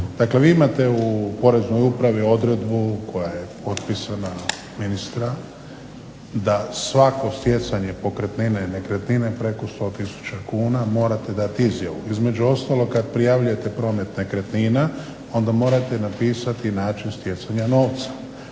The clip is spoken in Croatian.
Dakle vi imate u Poreznoj upravi odredbu koja je potpisana ministra da svako stjecanje pokretnine i nekretnine preko 100 tisuća kuna morate dat izjavu. Između ostalog kad prijavljujete promet nekretnina onda morate napisati način stjecanja novca.